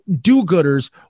do-gooders